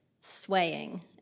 swaying